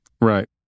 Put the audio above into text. Right